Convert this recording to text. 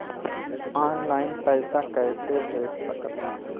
Online पैसा कैसे भेज सकत बानी?